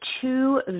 two